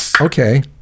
okay